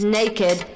naked